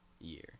year